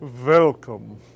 welcome